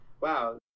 wow